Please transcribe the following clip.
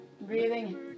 Breathing